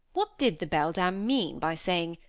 what did the beldame mean by saying,